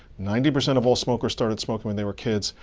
ninety percent of all smokers started smoking when they were kids,